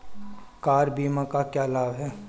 Car बीमा का क्या लाभ है?